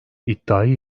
iddiayı